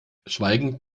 schweigend